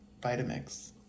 Vitamix